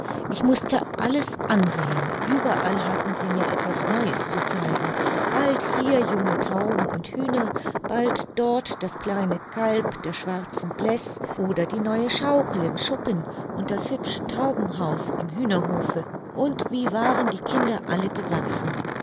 ich mußte alles ansehen überall hatten sie mir etwas neues zu zeigen bald hier junge tauben und hühner bald dort das kleine kalb der schwarzen bleß oder die neue schaukel im schuppen und das hübsche taubenhaus im hühnerhofe und wie waren die kinder alle gewachsen